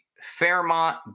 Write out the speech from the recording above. Fairmont